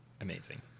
amazing